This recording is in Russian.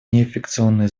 неинфекционные